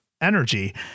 Energy